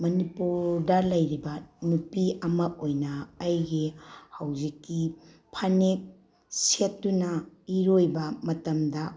ꯃꯅꯤꯄꯨꯔꯗ ꯂꯩꯔꯤꯕ ꯅꯨꯄꯤ ꯑꯃ ꯑꯣꯏꯅ ꯑꯩꯒꯤ ꯍꯧꯖꯤꯛꯀꯤ ꯐꯅꯦꯛ ꯁꯦꯠꯇꯨꯅ ꯏꯔꯣꯏꯕ ꯃꯇꯝꯗ